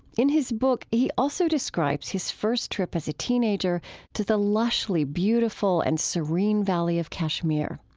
in his book, he also describes his first trip as a teenager to the lushly beautiful and serene valley of kashmir.